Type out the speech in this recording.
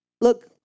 Look